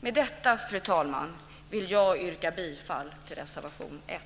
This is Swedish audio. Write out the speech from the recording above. Med detta, fru talman, yrkar jag bifall till reservation 1.